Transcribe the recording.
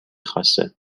خاصه